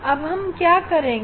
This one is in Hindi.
अब हम क्या करेंगे